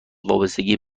وابستگی